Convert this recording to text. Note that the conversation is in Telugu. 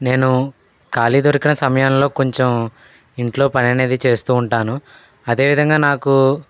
నేను ఖాళీ దొరికిన సమయంలో కొంచెం ఇంట్లో పని అనేది చేస్తూ ఉంటాను అదే విధంగా నాకు